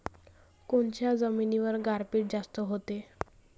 कोनच्या जमिनीवर गारपीट जास्त व्हते?